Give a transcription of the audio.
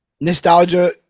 nostalgia